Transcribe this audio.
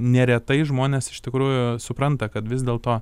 neretai žmonės iš tikrųjų supranta kad vis dėlto